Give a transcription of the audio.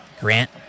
Grant